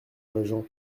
régent